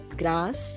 grass